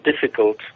difficult